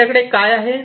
आपल्याकडे काय आहे